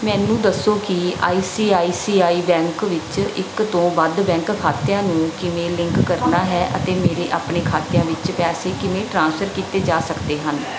ਮੈਨੂੰ ਦੱਸੋ ਕਿ I C I C I bank ਵਿੱਚ ਇੱਕ ਤੋਂ ਵੱਧ ਬੈਂਕ ਖਾਤਿਆਂ ਨੂੰ ਕਿਵੇਂ ਲਿੰਕ ਕਰਨਾ ਹੈ ਅਤੇ ਮੇਰੇ ਆਪਣੇ ਖਾਤਿਆਂ ਵਿੱਚ ਪੈਸੇ ਕਿਵੇਂ ਟ੍ਰਾਂਸਫਰ ਕੀਤੇ ਜਾ ਸਕਦੇ ਹਨ